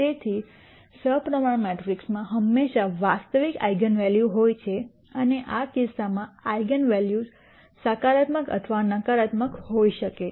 તેથી સપ્રમાણ મેટ્રિસીસમાં હંમેશા વાસ્તવિક આઇગન વૅલ્યુઝ હોય છે અને આ કિસ્સામાં આઇગન વૅલ્યુઝ સકારાત્મક અથવા નકારાત્મક હોઈ શકે છે